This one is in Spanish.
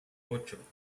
ocho